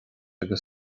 agus